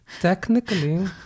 Technically